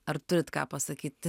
ar turit ką pasakyt